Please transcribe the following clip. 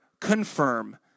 confirm